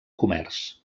comerç